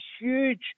huge